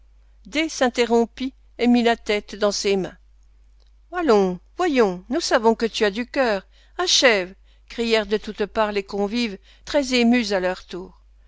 et mit la tête dans ses mains allons voyons nous savons que tu as du cœur achève crièrent de toutes parts les convives très émus à leur tour